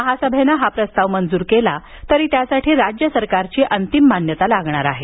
महासभेने हा प्रस्ताव मंजूर केला तरी यासाठी राज्य सरकारची अंतिम मान्यता लागणार आहे